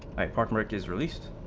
by properties released